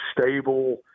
stable